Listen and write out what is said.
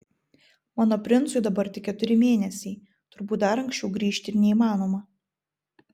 mano princui dabar tik keturi mėnesiai turbūt dar anksčiau grįžti ir neįmanoma